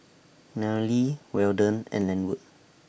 Nayely Weldon and Lenwood